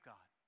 God